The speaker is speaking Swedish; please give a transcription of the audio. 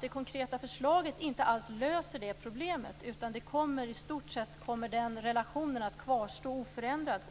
Det konkreta förslaget löser inte det problemet. Den relationen kommer i stort sett att kvarstå oförändrad.